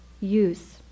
use